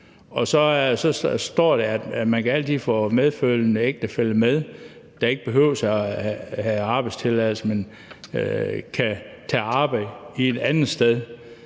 Der står, at man altid kan få medfølgende ægtefælle med, der ikke behøver at have arbejdstilladelse, men kan tage arbejde et andet sted.